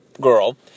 girl